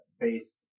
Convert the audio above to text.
based